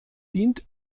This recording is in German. dient